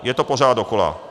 Je to pořád dokola.